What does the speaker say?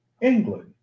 england